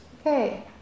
Okay